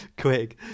quick